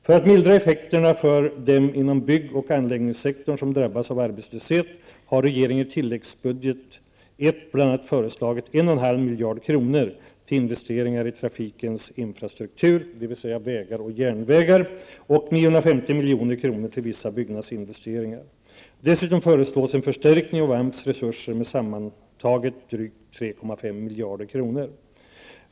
För att mildra effekterna för dem inom bygg och anläggningssektorn som drabbas av arbetslöshet har regeringen i tilläggsbudget I bl.a. föreslagit 1,5 miljarder kronor till investeringar i trafikens infrastruktur, dvs. vägar och järnvägar, och 950 milj.kr. till vissa byggnadsinvesteringar. Dessutom föreslås en förstärkning av AMS resurser med sammanlagt drygt 3,5 miljarder kronor.